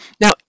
Now